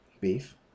Beef